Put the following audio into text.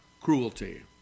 cruelty